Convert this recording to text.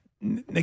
Nick